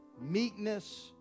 meekness